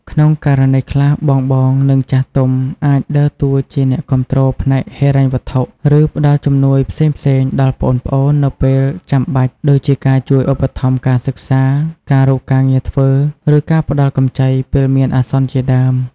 ក្នុងករណីខ្លះ បងៗ និងចាស់ទុំ អាចដើរតួជា អ្នកគាំទ្រផ្នែកហិរញ្ញវត្ថុ ឬផ្ដល់ជំនួយផ្សេងៗដល់ប្អូនៗនៅពេលចាំបាច់ ដូចជាការជួយឧបត្ថម្ភការសិក្សា ការរកការងារធ្វើ ឬការផ្ដល់កម្ចីពេលមានអាសន្នជាដើម។